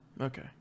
Okay